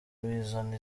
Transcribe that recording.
bizana